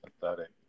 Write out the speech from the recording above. pathetic